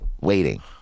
waiting